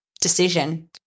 decision